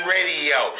Radio